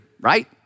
right